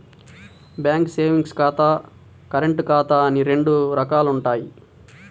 bank savings ఖాతా, current ఖాతా అని రెండు రకాలుంటయ్యి